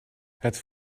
het